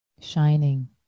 shining